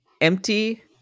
empty